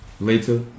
later